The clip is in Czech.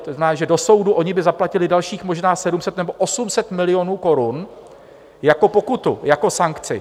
To znamená, že do soudu oni by zaplatili dalších možná 700 nebo 800 milionů korun jako pokutu, jako sankci.